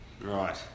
Right